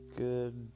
good